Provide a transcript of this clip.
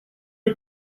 are